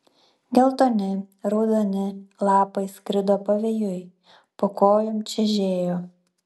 geltoni raudoni lapai skrido pavėjui po kojom čežėjo